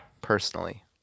Personally